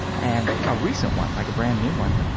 and a recent one, like a brand new one.